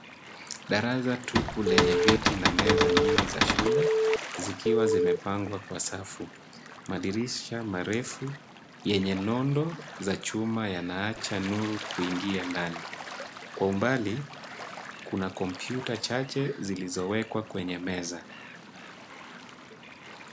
Darasa tupu lenye viti na meza nyingi za shule zikiwa zimepangwa kwa safu. Madirisha yenye nondo za chuma yanaacha nuru kuingia ndani. Kwa umbali, kuna kompyuta chache zilizowekwa kwenye meza.